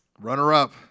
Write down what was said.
Runner-up